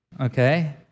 okay